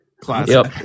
Classic